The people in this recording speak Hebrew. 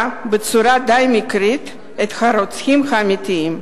בצורה די מקרית את הרוצחים האמיתיים.